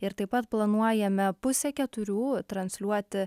ir taip pat planuojame pusę keturių transliuoti